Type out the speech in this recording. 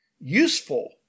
useful